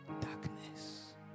Darkness